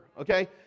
okay